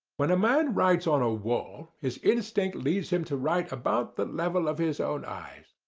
when a man writes on a wall, his instinct leads him to write about the level of his own eyes.